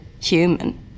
human